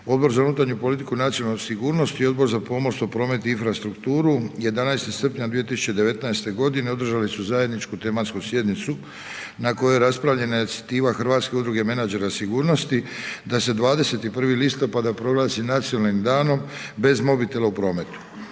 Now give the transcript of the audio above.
Odbor za unutarnju politiku i nacionalnu sigurnost i Odbor za pomorstvo, promet i infrastrukturu 11. srpnja 2019. godine održali su zajedničku tematsku sjednicu na kojoj je raspravljena inicijativa Hrvatske udruge menadžera sigurnosti da se 21. listopada proglasi Nacionalnim danom bez mobitela u prometu.